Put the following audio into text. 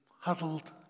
huddled